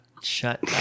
Shut